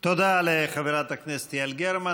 תודה לחברת הכנסת יעל גרמן.